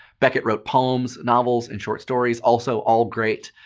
beckett wrote poems, novels, and short stories. also all great.